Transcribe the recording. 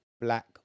black